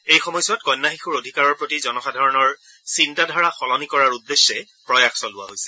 এই সময়ছোৱাত কন্যা শিশুৰ অধিকাৰৰ প্ৰতি জনসাধাৰণৰ চিন্তাধাৰা সলনি কৰাৰ উদ্দেশ্যে প্ৰয়াস চলোৱা হৈছে